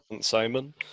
Simon